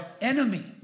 enemy